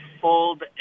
fold